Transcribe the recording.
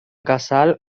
casal